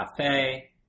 cafe